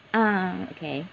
ah okay